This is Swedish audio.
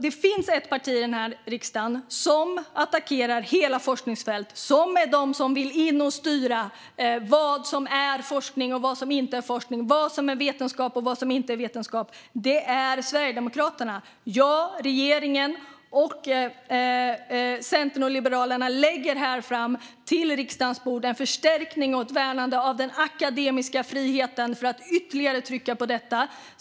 Det finns ett parti i den här riksdagen som attackerar hela forskningsfält, som vill in och styra vad som är forskning och vad som inte är forskning och vad som är vetenskap och vad som inte är vetenskap. Det är Sverigedemokraterna. Ja, regeringen, Centerpartiet och Liberalerna lägger här på riksdagens bord fram en förstärkning och ett värnande av den akademiska friheten för att ytterligare trycka på detta.